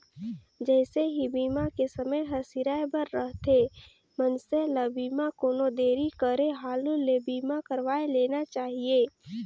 जइसे ही बीमा के समय हर सिराए बर रथे, मइनसे ल बीमा कोनो देरी करे हालू ले बीमा करवाये लेना चाहिए